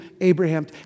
Abraham